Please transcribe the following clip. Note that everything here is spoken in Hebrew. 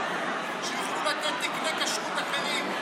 שהם יוכלו לתת תקני כשרות אחרים.